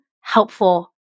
helpful